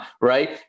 right